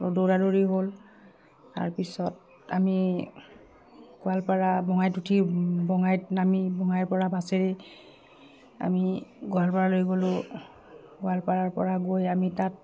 দৌৰা দৌৰি হ'ল তাৰপিছত আমি গোৱালপাৰা বঙাইত উঠি বঙাইত নামি বঙাইৰ পৰা বাছেৰে আমি গোৱালপাৰালৈ গ'লোঁ গোৱালপাৰাৰ পৰা গৈ আমি তাত